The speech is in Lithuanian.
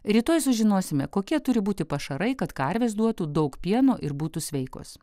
rytoj sužinosime kokie turi būti pašarai kad karvės duotų daug pieno ir būtų sveikos